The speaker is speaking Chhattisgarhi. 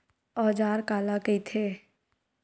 औजार काला कइथे?